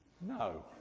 No